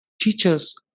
teachers